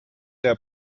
der